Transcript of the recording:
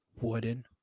Wooden